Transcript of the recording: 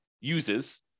uses